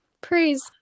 praise